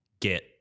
get